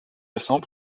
récents